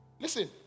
Listen